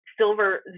silver